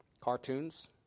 cartoons